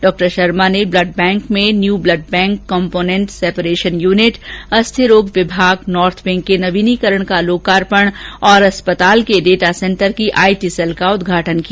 श्री शर्मा ने blood bank में new blood bank component separation unit अस्थि रोग विभाग नार्थ विंग के नवीनीकरण का लोकार्पण तथा अस्पताल के डेटा सेंटर की आई टी सेल का उद्घाटन किया